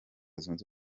zunze